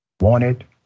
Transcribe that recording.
wanted